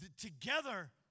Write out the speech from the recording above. together